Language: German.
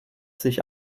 sich